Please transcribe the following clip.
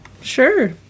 Sure